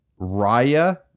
raya